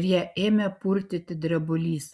ir ją ėmė purtyti drebulys